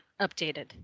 updated